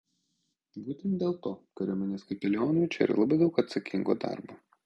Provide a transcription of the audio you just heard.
būtent dėl to kariuomenės kapelionui čia yra labai daug atsakingo darbo